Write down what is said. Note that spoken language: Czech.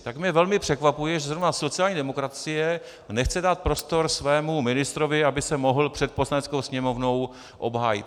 Tak mě velmi překvapuje, že zrovna sociální demokracie nechce dát prostor svému ministrovi, aby se mohl před Poslaneckou sněmovnou obhájit.